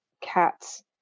cats